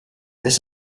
this